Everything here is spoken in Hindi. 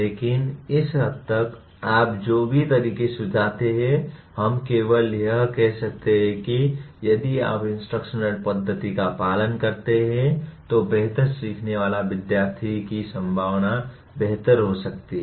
लेकिन इस हद तक कि आप जो भी तरीके सुझाते हैं हम केवल यह कह सकते हैं कि यदि आप इस इंस्ट्रक्शनल पद्धति का पालन करते हैं तो बेहतर सीखने वाले विद्यार्थी की संभावना बेहतर हो सकती है